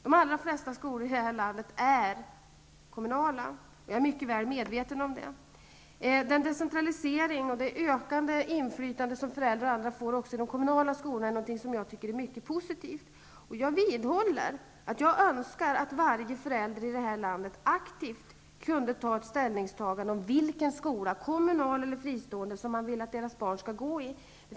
De allra flesta skolor här i landet är kommunala -- jag är mycket väl medveten om det. Decentraliseringen och det ökade inflytande som föräldrar och andra får också i de kommunala skolorna tycker jag är mycket positivt. Jag vidhåller att jag önskar att varje förälder i det här landet aktivt skulle kunna ta ett ställningstagande om vilken skola, kommunal eller fristående, som man vill att barnen skall gå i.